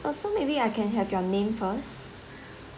also maybe I can have your name first